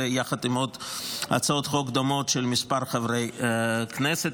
יחד עם עוד הצעות חוק דומות של כמה חברי כנסת.